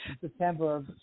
September